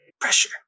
Pressure